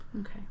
okay